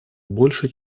больше